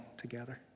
together